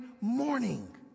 morning